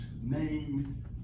name